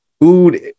food